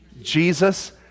Jesus